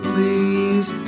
Please